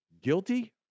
Guilty